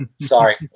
Sorry